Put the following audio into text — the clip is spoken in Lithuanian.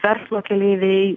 verslo keleiviai